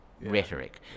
rhetoric